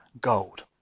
gold